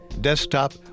desktop